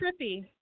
trippy